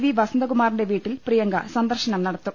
V വസ ന്തകുമാറിന്റെ വീട്ടിൽ പ്രിയങ്ക സന്ദർശനം നടത്തും